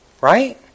Right